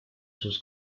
sus